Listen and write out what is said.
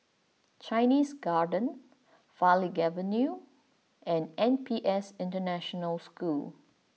Chinese Garden Farleigh Avenue and N P S International School